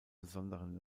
besonderen